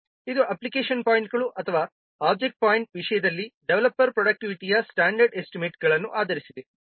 ಇದು ಅಪ್ಲಿಕೇಶನ್ ಪಾಯಿಂಟ್ಗಳು ಅಥವಾ ಆಬ್ಜೆಕ್ಟ್ ಪಾಯಿಂಟ್ಗಳ ವಿಷಯದಲ್ಲಿ ಡೆವಲಪರ್ ಪ್ರೋಡಕ್ಟಿವಿಟಿಯ ಸ್ಟ್ಯಾಂಡರ್ಡ್ ಎಸ್ಟಿಮೇಟ್ಗಳನ್ನು ಆಧರಿಸಿದೆ